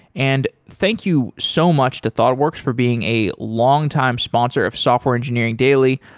and thank you so much to thoughtworks for being a longtime sponsor of software engineering daily.